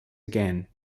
again